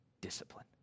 Discipline